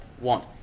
want